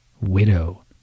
widow